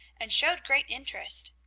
and showed great interest.